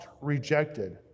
rejected